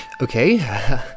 okay